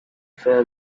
fair